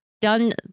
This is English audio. done